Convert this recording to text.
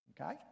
Okay